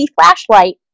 flashlight